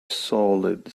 solid